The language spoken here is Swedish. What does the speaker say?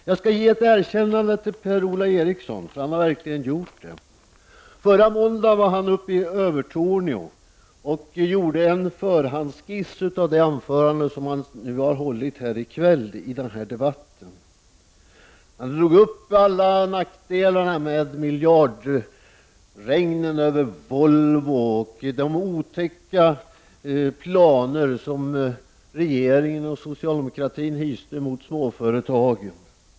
Jag skall ge ett erkännande till Per-Ola Eriksson, eftersom han verkligen har givit sig ut i verkligheten. Förra måndagen var han i Övertorneå och gjorde en förhandsskiss av det anförande han har hållit här i kväll i denna debatt. Han drog upp alla nackdelarna med miljardregnen över Volvo och de otäcka planer som regeringen och socialdemokratin hyser mot småföretagen.